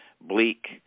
bleak